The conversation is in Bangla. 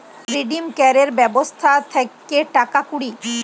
রিডিম ক্যরের ব্যবস্থা থাক্যে টাকা কুড়ি